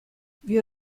wir